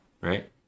right